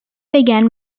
began